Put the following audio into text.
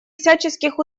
всяческих